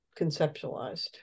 conceptualized